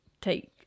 take